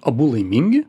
abu laimingi